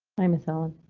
hi miss allen.